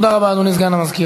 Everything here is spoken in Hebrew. אדוני סגן השר,